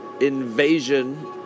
invasion